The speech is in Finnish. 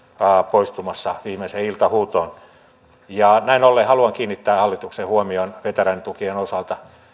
poistumassa viimeiseen iltahuutoon näin ollen haluan kiinnittää hallituksen huomion veteraanitukien osalta